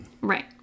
Right